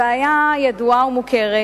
הבעיה ידועה ומוכרת,